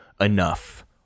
enough